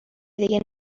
دیگه